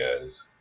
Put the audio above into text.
guys